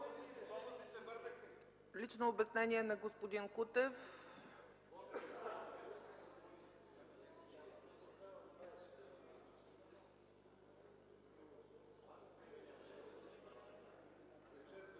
Лично обяснение на господин Кутев. АНТОН